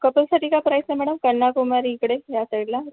कपलसाठी काय प्राईस आहे मॅडम कन्याकुमारी इकडे ह्या साईडला